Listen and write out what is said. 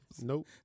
Nope